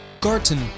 Garten